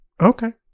Okay